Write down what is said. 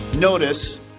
Notice